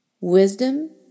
Wisdom